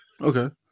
Okay